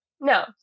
No